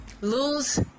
lose